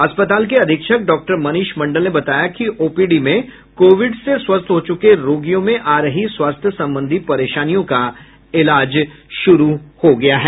अस्पताल के अधीक्षक डॉक्टर मनीष मंडल ने बताया कि ओपीडी में कोविड से स्वस्थ हो चुके रोगियों में आ रही स्वास्थ्य संबंधी परेशानियों का इलाज हो रहा है